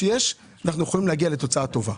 אנחנו יכולים להגיע לתוצאה טובה.